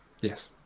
Yes